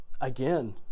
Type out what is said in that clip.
again